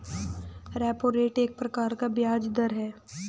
repo rate एक प्रकार का ब्याज़ दर है